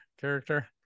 character